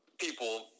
people